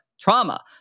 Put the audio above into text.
trauma